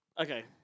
Okay